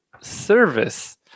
service